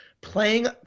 playing